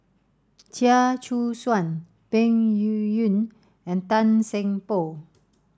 Chia Choo Suan Peng Yuyun and Tan Seng Poh